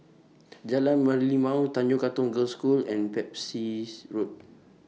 Jalan Merlimau Tanjong Katong Girls' School and Pepys Road